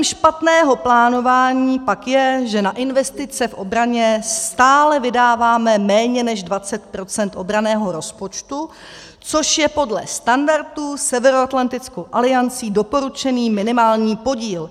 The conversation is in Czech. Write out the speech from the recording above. Důsledkem špatného plánování pak je, že na investice v obraně stále vydáváme méně než 20 % obranného rozpočtu, což je podle standardů Severoatlantickou aliancí doporučený minimální podíl.